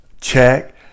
check